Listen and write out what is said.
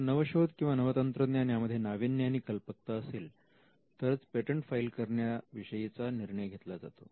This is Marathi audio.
जर नवशोध किंवा नवतंत्रज्ञान यामध्ये नावीन्य किंवा कल्पकता असेल तरच पेटंट फाईल करण्या विषयीचा निर्णय घेतला जातो